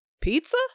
pizza